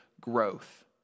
growth